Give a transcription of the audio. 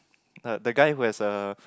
uh the guy who has a